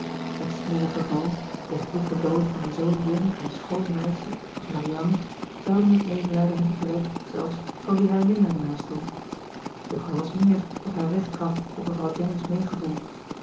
het snelle verval de vroege dood van een zoo jong en schoon meisje als marianne zouden het medelijden hebben gewekt zelfs van wie haar minder na stond doch er was meer dat haar recht gaf op mevrouw jennings meegevoel